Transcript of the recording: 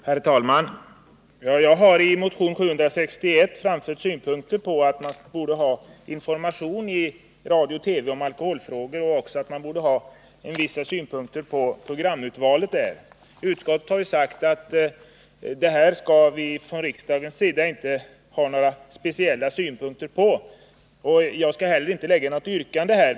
Herr talman! Jag har i motion 761 framfört att man borde ha information i radio och TV om alkoholfrågor och att man bör beakta alkoholproblematiken också när det gäller programurvalet. Utskottet har sagt att vi här i riksdagen inte skall uttala några speciella synpunkter i det här avseendet, och jag skall inte framställa något yrkande i den riktningen.